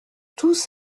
tous